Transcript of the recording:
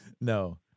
no